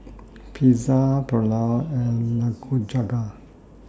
Pizza Pulao and Nikujaga